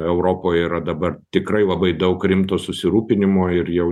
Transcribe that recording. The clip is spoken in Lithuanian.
europoj yra dabar tikrai labai daug rimto susirūpinimo ir jau